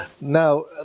Now